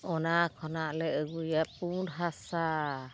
ᱚᱱᱟ ᱠᱷᱚᱱᱟᱜ ᱞᱮ ᱟᱹᱜᱩᱭᱟ ᱯᱩᱬ ᱦᱟᱥᱟ